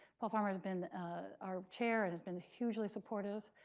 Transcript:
paul farmer has been our chair and has been hugely supportive.